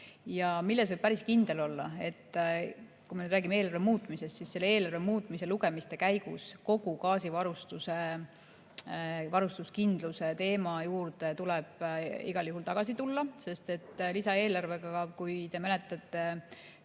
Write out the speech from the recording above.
Ja milles võib päris kindel olla? Kui me räägime eelarve muutmisest, siis selle eelarve muutmise lugemiste käigus kogu gaasivarustuse, varustuskindluse teema juurde tuleb igal juhul tagasi tulla. Sest lisaeelarvega, kui te mäletate,